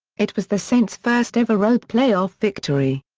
it was the saints' first ever road playoff victory.